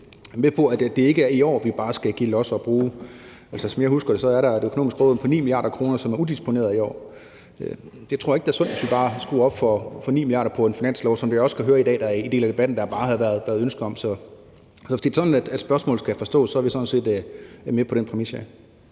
med på, at det ikke er i år, vi bare skal give los og bruge løs. Altså, som jeg husker det, er der et økonomisk råderum på 9 mia. kr., som er udisponeret i år. Jeg tror ikke, det er sundt, hvis vi bare skruer op for det med 9 mia. kr. i forslaget til finanslov. Som vi også kan høre i dag på en del af debatten, er det bare ikke det, der har været ønske om. Hvis det er sådan, spørgsmålet skal forstås, er vi sådan set med på den præmis. Kl.